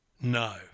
No